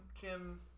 Jim